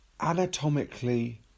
Anatomically